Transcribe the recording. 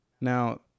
Now